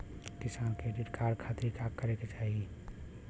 किसान credit card खातिर का करे के होई?